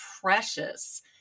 precious